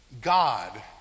God